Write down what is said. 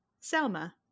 Selma